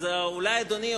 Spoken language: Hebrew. אולי אדוני,